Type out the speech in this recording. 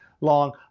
long